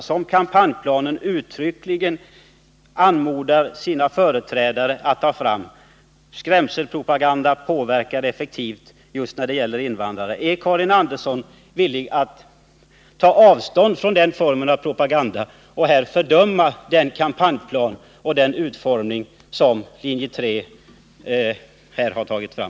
I den här kampanjplanen anmodas uttryckligen företrädarna för linje 3 att använda skrämselpropaganda som ”påverkar effektivt” just när det gäller invandrare. Är Karin Andersson villig att ta avstånd från den formen av propaganda och här fördöma utformningen av den kampanjplan som linje 3 har tagit fram?